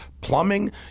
plumbing